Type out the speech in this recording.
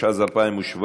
התשע"ז 2017,